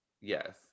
Yes